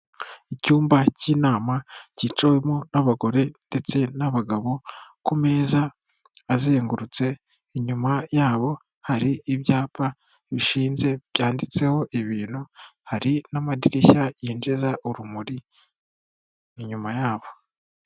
Icyumba cy'inama cyicawemo n'abagore ndetse n'abagabo, ku meza azengurutse inyuma yabo hari ibyapa bishinze byanditseho ibintu, hari n'amadirishya yinjiza urumuri inyuma yabo.